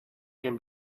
can